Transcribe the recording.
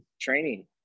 training